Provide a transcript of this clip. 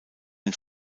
den